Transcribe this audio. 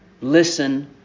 Listen